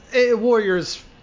Warrior's